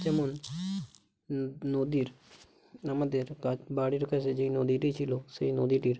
যেমন নদীর আমাদের বাড়ির কাছে যেই নদীটি ছিল সেই নদীটির